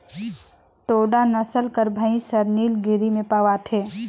टोडा नसल कर भंइस हर नीलगिरी में पवाथे